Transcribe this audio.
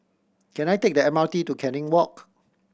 can I take the M R T to Canning Walk